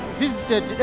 visited